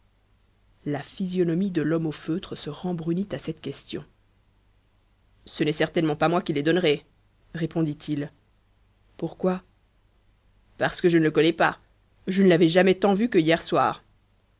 la physionomie de l'homme au feutre se rembrunit à cette question ce n'est certainement pas moi qui les donnerai répondit-il pourquoi parce que je ne le connais pas je ne l'avais jamais tant vu que hier soir